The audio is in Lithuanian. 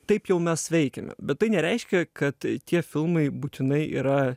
taip jau mes veikiame bet tai nereiškia kad tie filmai būtinai yra